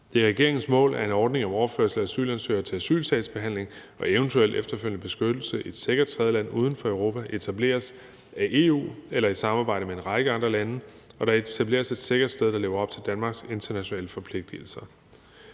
er regeringens mål, at en ordning om overførsel af asylansøgere til asylsagsbehandling og eventuel efterfølgende beskyttelse i et sikkert tredjeland uden for Europa etableres af EU eller i samarbejde med en række andre lande, og at der etableres et sikkert sted, der lever op til Danmarks internationale forpligtelser.